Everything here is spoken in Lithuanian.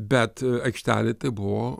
bet aikštelėj tai buvo